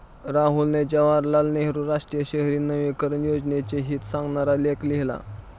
राहुलने जवाहरलाल नेहरू राष्ट्रीय शहरी नवीकरण योजनेचे हित सांगणारा लेख लिहिला